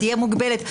תהיה מוגבלת.